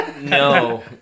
No